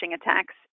attacks